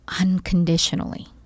unconditionally